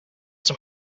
some